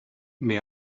may